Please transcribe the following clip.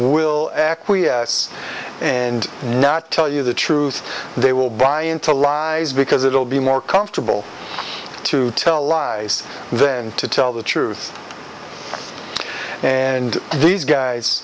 will acquiesce and not tell you the truth they will buy into lies because it'll be more comfortable to tell lies and then to tell the truth and these guys